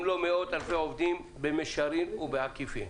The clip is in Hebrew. אם לא מאות-אלפי עובדים במישרין ובעקיפין.